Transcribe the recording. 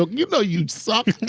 ah you know you suck.